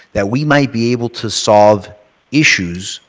that we might be able to solve issues